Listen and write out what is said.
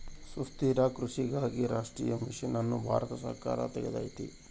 ಸುಸ್ಥಿರ ಕೃಷಿಗಾಗಿ ರಾಷ್ಟ್ರೀಯ ಮಿಷನ್ ಅನ್ನು ಭಾರತ ಸರ್ಕಾರ ತೆಗ್ದೈತೀ